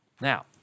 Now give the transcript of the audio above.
Now